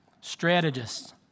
strategists